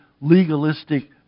legalistic